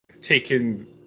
taken